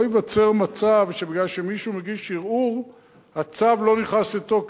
לא ייווצר מצב שבגלל שמישהו מגיש ערעור הצו לא נכנס לתוקף,